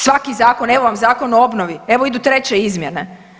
Svaki zakon, evo vam Zakon o obnovi, evo idu treće izmjene.